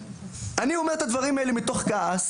אני אומר את הדברים האלה מתוך כעס,